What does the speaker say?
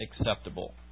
acceptable